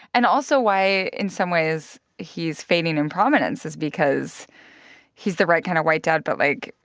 and also why, in some ways, he's fading in prominence is because he's the right kind of white dad but, like,